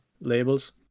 labels